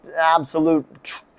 absolute